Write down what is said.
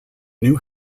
new